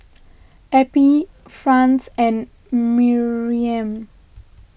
Eppie Franz and Miriam